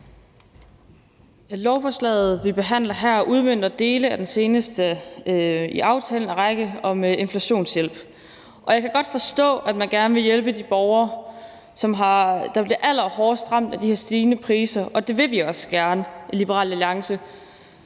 Lovforslaget, vi behandler her, udmønter en del af »Aftale om inflationshjælp«. Jeg kan godt forstå, at man gerne vil hjælpe de borgere, der bliver allerhårdest ramt af de her stigende priser, og det vil vi også gerne i Liberal Alliance.